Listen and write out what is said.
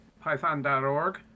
python.org